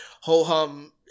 ho-hum